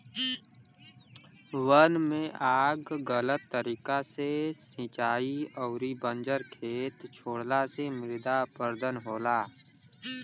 वन में आग गलत तरीका से सिंचाई अउरी बंजर खेत छोड़ला से मृदा अपरदन होला